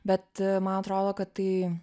bet man atrodo kad tai